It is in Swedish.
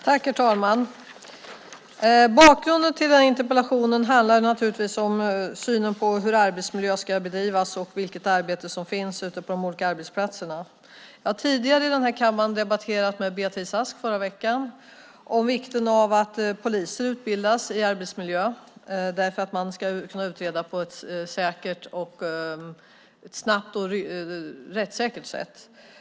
Herr talman! Bakgrunden till den här interpellationen är naturligtvis synen på hur arbetsmiljöarbete ska bedrivas och vilket arbete som finns ute på de olika arbetsplatserna. Jag har tidigare i den här kammaren debatterat med Beatrice Ask i förra veckan om vikten av att poliser utbildas i arbetsmiljö så att de ska kunna utreda på ett snabbt och rättssäkert sätt.